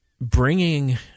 bringing